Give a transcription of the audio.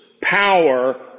Power